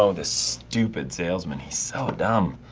so this stupid salesman. he's so dumb.